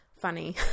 funny